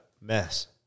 mess